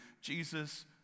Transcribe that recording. jesus